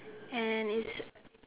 and it's